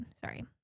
sorry